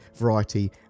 variety